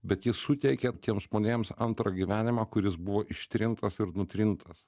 bet jis suteikė tiems žmonėms antrą gyvenimą kuris buvo ištrintas ir nutrintas